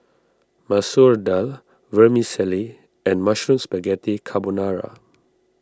Masoor Dal Vermicelli and Mushroom Spaghetti Carbonara